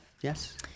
yes